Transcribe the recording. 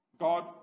God